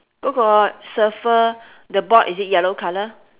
go go surfer the board is it yellow colour